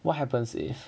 what happens if